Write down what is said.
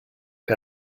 que